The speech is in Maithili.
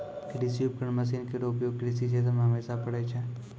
कृषि उपकरण मसीन केरो उपयोग कृषि क्षेत्र मे हमेशा परै छै